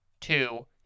two